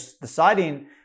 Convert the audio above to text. deciding